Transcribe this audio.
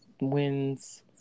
wins